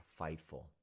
fightful